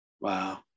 Wow